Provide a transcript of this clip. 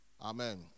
Amen